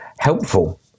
helpful